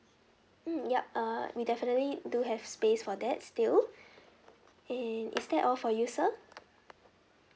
mm yup uh we definitely do have space for that still and is that all for you sir